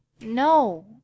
No